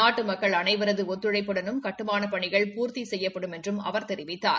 நாட்டு மக்கள் அனைவரது ஒத்துழைப்புடனும் கட்டுமானப் பணிகள் பூர்த்தி செய்யப்படும் என்றும் அவர் தெரிவித்தார்